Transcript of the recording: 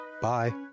Bye